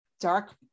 dark